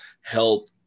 help